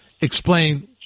Explain